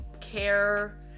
care